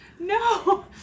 No